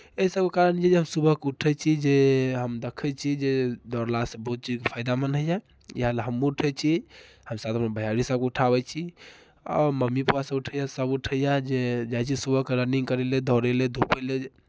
एहि सभके कारण जे हम सुबहकेँ उठै छी जे हम देखै छी जे दौड़लासँ बहुत चीज फायदामन्द होइए इएह लए हमहूँ उठै छी हमसभ भैआरी सभकेँ उठाबै छी आओर मम्मी पापासभ उठै छथि सभ उठैए जे जाइ छी सुबहकेँ रनिंग करय लेल दौड़य लेल धूपय लेल